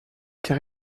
car